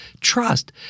Trust